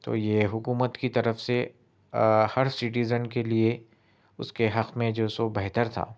تو یہ حکومت کی طرف سے ہر سٹیزن کے لیے اس کے حق میں جو سو بہتر تھا